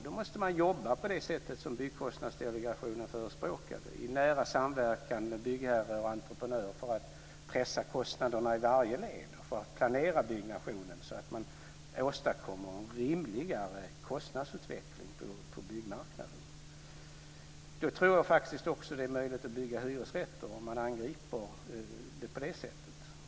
Då måste man jobba på det sätt som Byggkostnadsdelegationen förespråkade, dvs. i nära samverkan med byggherre och entreprenör, för att pressa kostnaderna i varje led och för att planera byggnationen så att man åstadkommer en rimligare kostnadsutveckling på byggmarknaden. Om man angriper det på det sättet tror jag faktiskt också att det är möjligt att bygga hyresrätter.